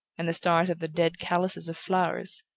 and the stars of the dead calices of flowers,